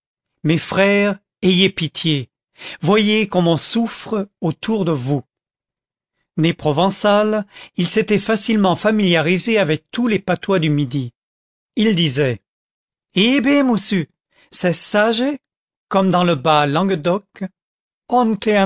mes frères ayez pitié voyez comme on souffre autour de vous né provençal il s'était facilement familiarisé avec tous les patois du midi il disait eh bé moussu sès sagé comme dans le bas languedoc